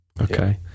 Okay